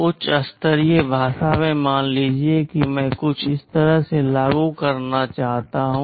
उच्च स्तरीय भाषा में मान लीजिए मैं कुछ इस तरह से लागू करना चाहता हूं